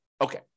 Okay